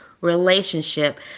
relationship